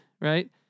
right